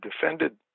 defended